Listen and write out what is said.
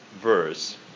verse